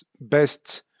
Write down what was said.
best